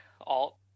alt